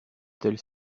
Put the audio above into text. telle